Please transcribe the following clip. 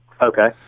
Okay